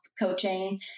coaching